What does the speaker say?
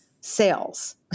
sales